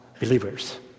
believers